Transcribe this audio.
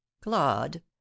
Claude